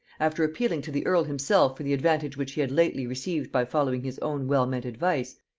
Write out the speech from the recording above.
after appealing to the earl himself for the advantage which he had lately received by following his own well-meant advice,